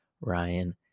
Ryan